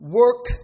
work